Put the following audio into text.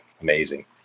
Amazing